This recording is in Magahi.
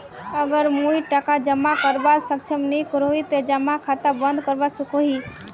अगर मुई टका जमा करवात सक्षम नी करोही ते जमा खाता बंद करवा सकोहो ही?